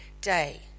day